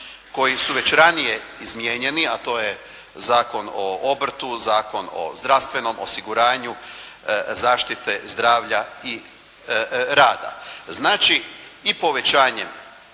koji su već ranije izmijenjeni a to je Zakon o obrtu, Zakon o zdravstvenom osiguranju, zaštite zdravlja i rada. Znači i povećanom